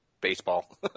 baseball